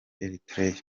eritrea